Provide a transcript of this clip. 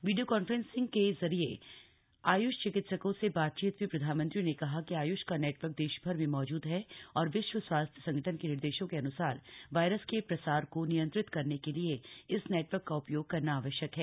video conference के जरिए आय्ष चिकित्सकों से बातचीत में प्रधानमंत्री ने कहा कि आयुष का नेटवर्क देशभर में मौज़द है और विश्व स्वास्थ्य संगठन के निर्देशों के अनुसार वायरस के प्रसार को नियंत्रित करने के लिए इस नेटवर्क का उपयोग करना आवश्यक है